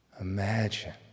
imagine